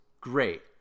great